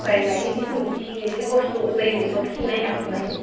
जाय लायो बेखौ मिथियो एसे कस्त'बो जायो बहत खिनाय हासुनाय